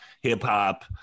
hip-hop